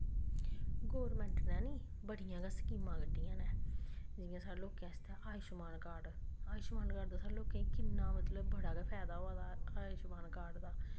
government नै बी बड़ियां गै स्कीमां कड्डियां नै जियां साढ़ै लोकें आस्तै आयुष्मान कार्ड़ आयुष्मान कार्ड़ दा स्हानू किन्ना मतलव बड़ा गै फैदा होआ दा आयुष्मान कार्ड़